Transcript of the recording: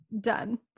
Done